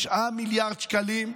9 מיליארד שקלים,